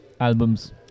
albums